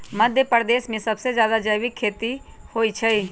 मध्यप्रदेश में सबसे जादा जैविक खेती होई छई